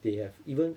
they have even